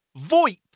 VoIP